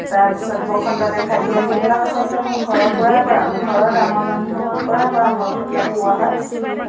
তাৰপিছত বসন্ত দেখা দিয়া সেইবিলাক আচলতে মোৰ ঘৰৰ পৰাই পৰা ঘৰৰ ডাঙৰ মানুহৰ পৰাই পৰামৰ্শবিলাক পোৱা হয়